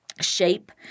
shape